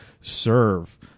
serve